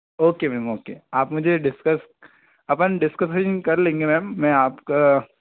okay ma'am okay आप मुझे discuss अपन डिस्कसन कर लेंगे मेम मैं आपका